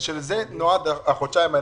לשם כך נועדו החודשיים.